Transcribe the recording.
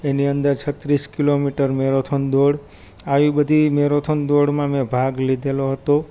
એની અંદર છત્રીસ kilometre marathon દોડ આવી બધી મેરોથોન દોડમાં મેં ભાગ લીધો હતો